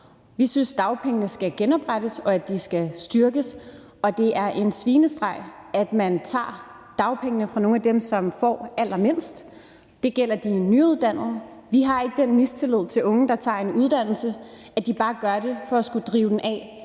Vi synes, dagpengene skal genoprettes, og at de skal styrkes, og at det er en svinestreg, at man tager dagpengene fra nogle af dem, som får allermindst. Det gælder de nyuddannede. Vi har ikke den mistillid til unge, der tager en uddannelse, at de bare gør det for at skulle drive den af